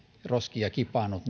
roskia kipannut